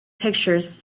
pictures